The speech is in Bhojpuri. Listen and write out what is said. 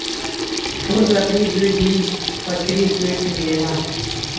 ठोस लकड़ी द्विबीजपत्री पेड़ से मिलेला